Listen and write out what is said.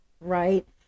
right